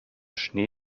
schnee